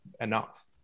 enough